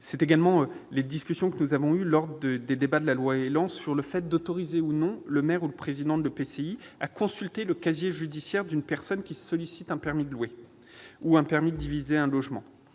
c'est à débattre. Je pense aussi, nous en avons discuté lors des débats sur la loi ÉLAN, au fait d'autoriser ou non le maire ou le président de l'EPCI à consulter le casier judiciaire d'une personne qui sollicite un permis de louer ou un permis de diviser un logement.